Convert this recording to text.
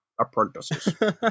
apprentices